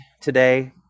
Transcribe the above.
today